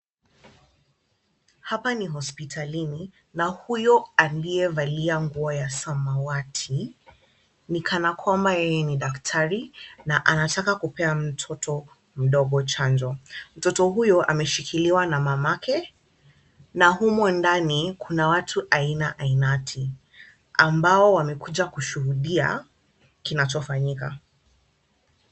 Hapa ni hospitalini na huyo aliyevalia nguo ya samawati ni kana kwamba yeye ni daktari na anataka kupea mtoto mdogo chanjo. Mtoto huyo ameshikiliwa na mamake na humo ndani kuna watu aina ainati ambao wamekuja kushuhudia kinachofanyika.